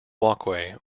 walkway